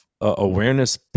awareness